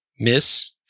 Miss